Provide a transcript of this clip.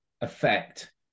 affect